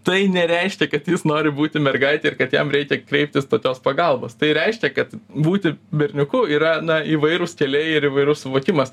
tai nereiškia kad jis nori būti mergaite ir kad jam reikia kreiptis tokios pagalbos tai reiškia kad būti berniuku yra įvairūs keliai ir įvairus suvokimas